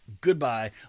Goodbye